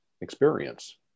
experience